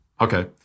Okay